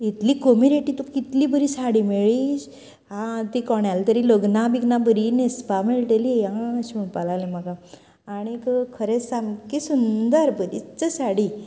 इतली कमी रेटीक तुका इतली बरी साडी मेळ्ळी हा ती कोणाल्या तरी लग्नांक बिग्नाक बरी न्हेसपाक मेळटली आं अशें म्हणपाक लागली म्हाका आनीक खरेंच सामकें सुंदर बरीच साडी